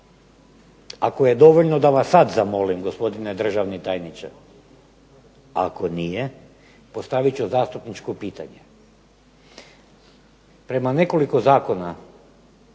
Ako je dovoljno da vas sada zamolim gospodine državni tajniče, ako nije postavit ću zastupničko pitanje. Prema nekoliko zakona